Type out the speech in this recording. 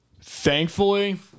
Thankfully